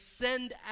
send